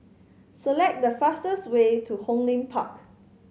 select the fastest way to Hong Lim Park